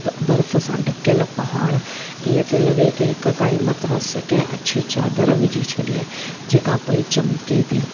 बर्फ़ सां ढकियलु पहाड़ ईअं पियो लॻे की हिकु काई मथां कंहिं अछी चादर विझी छॾी आहे जेका पई चिमिके थी